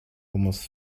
almost